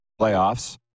playoffs